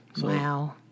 Wow